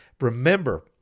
Remember